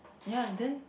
ya then